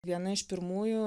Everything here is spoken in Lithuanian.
viena iš pirmųjų